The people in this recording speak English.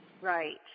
Right